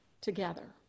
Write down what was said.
together